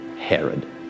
Herod